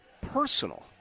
Personal